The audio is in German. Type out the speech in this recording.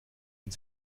und